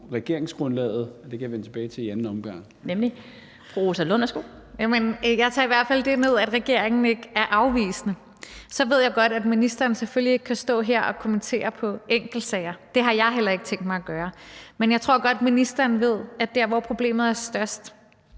regeringsgrundlaget. Det kan jeg vende tilbage til i anden omgang. Kl. 14:32 Den fg. formand (Annette Lind): Nemlig. Fru Rosa Lund, værsgo. Kl. 14:32 Rosa Lund (EL): Jeg tager i hvert fald det ned, at regeringen ikke er afvisende. Så ved jeg godt, at ministeren selvfølgelig ikke kan stå her og kommentere på enkeltsager. Det har jeg heller ikke tænkt mig at gøre. Men jeg tror godt, ministeren ved, at der, hvor problemet er størst,